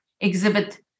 exhibit